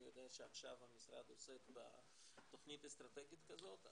אני יודע שעכשיו המשרד עוסק בתוכנית אסטרטגית כזאת.